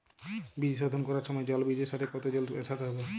বীজ শোধন করার সময় জল বীজের সাথে কতো জল মেশাতে হবে?